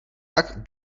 tak